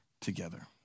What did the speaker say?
together